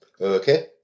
Okay